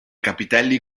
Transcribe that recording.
capitelli